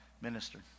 minister